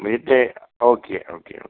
म्हणजे तें okay okay okay